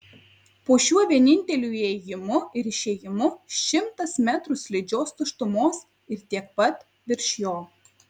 po šiuo vieninteliu įėjimu ir išėjimu šimtas metrų slidžios tuštumos ir tiek pat virš jo